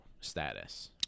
status